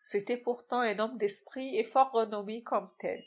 c'était pourtant un homme d'esprit et fort renommé comme tel